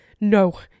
No